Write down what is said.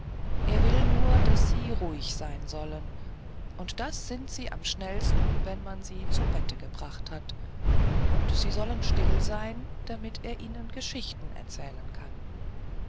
er will nur daß sie ruhig sein sollen und das sind sie am schnellsten wenn man sie zu bette gebracht hat sie sollen still sein damit er ihnen geschichten erzählen kann